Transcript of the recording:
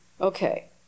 Okay